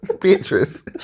Beatrice